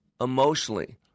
emotionally